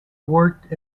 worked